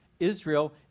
Israel